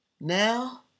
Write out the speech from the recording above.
Now